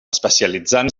especialitzant